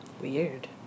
Weird